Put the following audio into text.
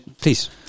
please